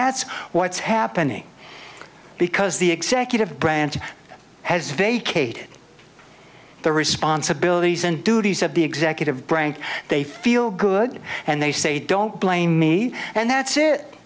that's what's happening because the executive branch has vacated the responsibilities and duties of the executive branch they feel good and they say don't blame me and that's it